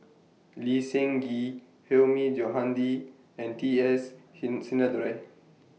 Lee Seng Gee Hilmi Johandi and T S Sin Sinnathuray